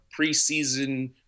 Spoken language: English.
preseason